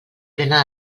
plena